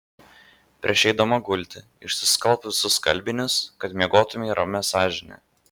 prieš eidama gulti išskalbk visus skalbinius kad miegotumei ramia sąžine